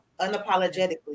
unapologetically